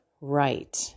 right